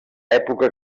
època